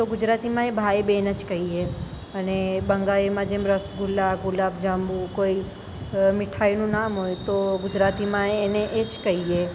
ગુજરાતીમાં ય ભાઈ બેન જ કહીએ અને બંગાળી જેમ રસગુલ્લા ગુલાબજાંબુ કોઈ મીઠાઈનું નામ હોય તો ગુજરાતીમાં એ એને એ જ કહીએ